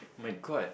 my god